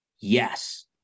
Yes